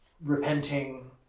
repenting